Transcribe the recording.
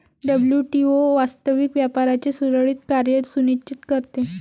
WTO वास्तविक व्यापाराचे सुरळीत कार्य सुनिश्चित करते